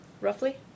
roughly